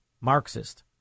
Marxist